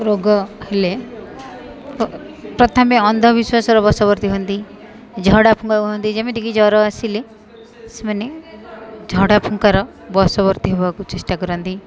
ରୋଗ ହେଲେ ପ୍ରଥମେ ଅନ୍ଧବିଶ୍ୱାସରେ ବଶବର୍ତ୍ତୀ ହୁଅନ୍ତି ଝଡ଼ା ଫୁଙ୍କା ହୁଅନ୍ତି ଯେମିତିକି ଜ୍ୱର ଆସିଲେ ସେମାନେ ଝଡ଼ା ଫୁଙ୍କାର ବଶବର୍ତ୍ତୀ ହବାକୁ ଚେଷ୍ଟା କରନ୍ତି